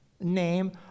name